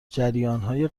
جریانهای